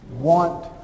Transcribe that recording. want